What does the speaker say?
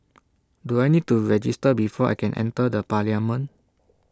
do I need to register before I can enter the parliament